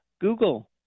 Google